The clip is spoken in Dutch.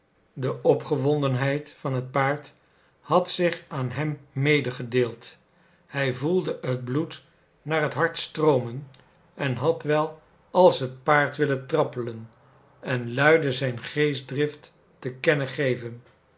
do opgewondenheid van het paard had zich aan hem medegedeeld hij voelde het bloed naar het hart stroomen en had wel als het paard willen trappelen en luide zijn geestdrift te kennen geven